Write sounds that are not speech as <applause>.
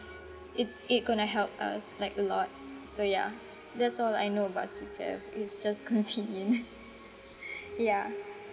it's it going to help us like a lot so ya that's all I know about C_P_F it's just convenient <laughs> ya